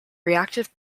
reactive